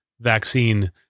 vaccine